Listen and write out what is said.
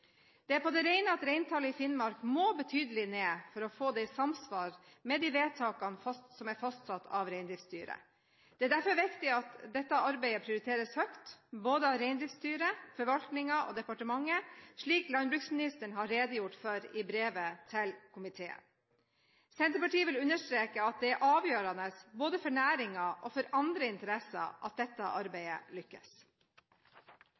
Det er på det rene at reintallet i Finnmark må betydelig ned for å få det i samsvar med de vedtakene som er fastsatt av Reindriftsstyret. Det er derfor viktig at dette arbeidet prioriteres høyt av både Reindriftsstyret, forvaltningen og departementet, slik landbruksministeren har redegjort for i brevet til komiteen. Senterpartiet vil understreke at det er avgjørende både for næringen og for andre interesser at dette